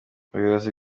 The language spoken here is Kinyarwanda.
ubuyobozi